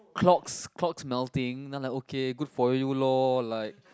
clogs clogs melting then like okay good for you lor like